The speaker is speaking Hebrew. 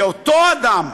שאותו אדם,